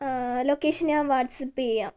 location ഞാൻ WhatsApp ചെയ്യാം